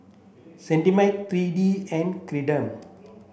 Cetrimide three T and Ceradan